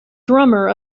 drummer